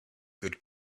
good